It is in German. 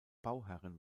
bauherren